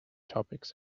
topics